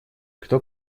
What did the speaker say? кто